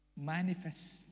Manifest